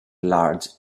large